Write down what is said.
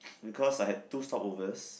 because I had two stopovers